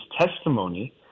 testimony